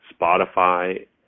Spotify